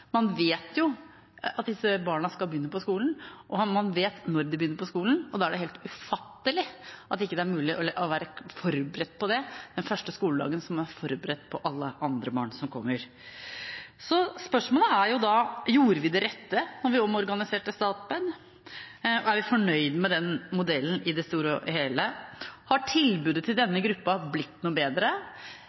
man vet jo at disse barna skal begynne på skolen, og man vet når de begynner på skolen. Da er det helt ufattelig at ikke det er mulig å være forberedt på det den første skoledagen, som jo er forberedt for alle andre barn som kommer. Spørsmålet er da: Gjorde vi det rette da vi omorganiserte Statped? Er vi fornøyd med den modellen i det store og hele? Har tilbudet til denne gruppen blitt noe bedre?